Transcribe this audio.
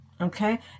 okay